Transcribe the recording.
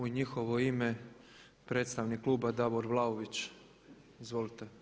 U njihovo ime predstavnik kluba Davor Vlaović, izvolite.